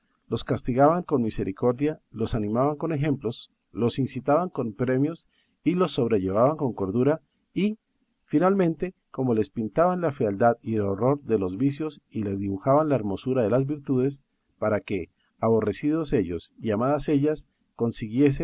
los castigaban con misericordia los animaban con ejemplos los incitaban con premios y los sobrellevaban con cordura y finalmente cómo les pintaban la fealdad y horror de los vicios y les dibujaban la hermosura de las virtudes para que aborrecidos ellos y amadas ellas